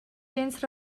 gens